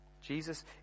Jesus